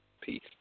Peace